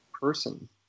person